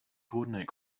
coordinate